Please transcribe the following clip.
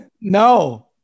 No